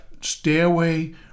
stairway